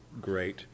great